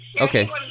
Okay